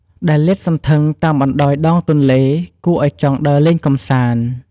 ដែលលាតសន្ធឹង តាមបណ្តោយដងទន្លេ គួរឲ្យចង់ដើរលេងកំសាន្ត។